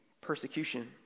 persecution